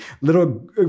Little